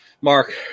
Mark